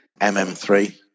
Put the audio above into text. MM3